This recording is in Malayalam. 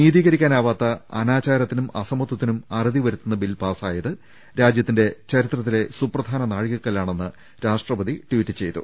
നീതീകരിക്കാനാവാത്ത അനാചാര ത്തിനും അസമത്വത്തിനും അറുതി വരുത്തുന്ന ബിൽ പാസ്സാ യത് രാജ്യത്തിന്റെ ചരിത്രത്തിലെ സുപ്രധാന നാഴികക്കല്ലാ ണെന്ന് രാഷ്ട്രപതി ട്വീറ്റ് ചെയ്തു